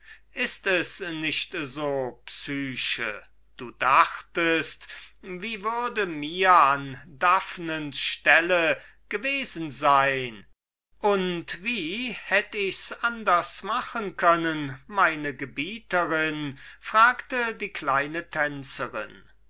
ist es nicht so psyche du dachtest wie würde mir's an daphnens stelle gewesen sein und wie hätte ichs anders machen können meine gebieterin fragte die kleine tänzerin